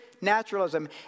naturalism